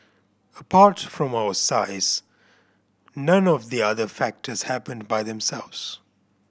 apart from our size none of the other factors happened by themselves